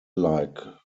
like